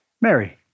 Mary